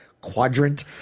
quadrant